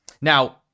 Now